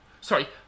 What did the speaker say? Sorry